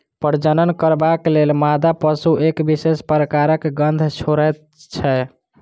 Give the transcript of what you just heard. प्रजनन करबाक लेल मादा पशु एक विशेष प्रकारक गंध छोड़ैत छै